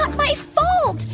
ah my fault.